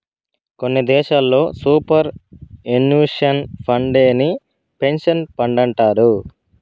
కొన్ని దేశాల్లో superannuation ఫండేనే పెన్సన్ ఫండంటారు